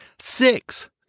Six